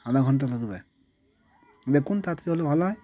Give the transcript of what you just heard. আধা ঘন্টা লাগবে দেখুন তাড়াতাড়ি হলে ভালো হয়